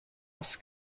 was